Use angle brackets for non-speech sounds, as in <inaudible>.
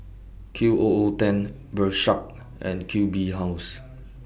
<noise> Q O O ten Bershka and Q B House